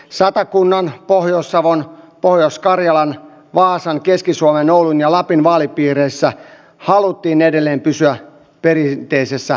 satakunnan pohjois savon pohjois karjalan vaasan keski suomen oulun ja lapin vaalipiireissä haluttiin edelleen pysyä perinteisessä avioliittokäsityksessä